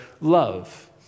love